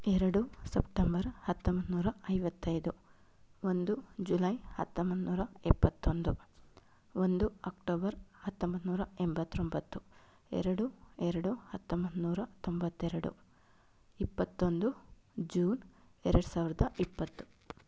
ಎರಡು ಸಪ್ಟೆಂಬರ್ ಹತ್ತೊಂಬತ್ತುನೂರ ಐವತ್ತೈದು ಒಂದು ಜುಲೈ ಹತ್ತೊಂಬತ್ತುನೂರ ಎಪ್ಪತ್ತೊಂದು ಒಂದು ಅಕ್ಟೋಬರ್ ಹತ್ತೊಂಬತ್ತುನೂರ ಎಂಬತ್ತೊಂಬತ್ತು ಎರಡು ಎರಡು ಹತ್ತೊಂಬತ್ತುನೂರ ತೊಂಬತ್ತೆರಡು ಇಪ್ಪತ್ತೊಂದು ಜೂನ್ ಎರಡು ಸಾವಿರದ ಇಪ್ಪತ್ತು